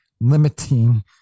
limiting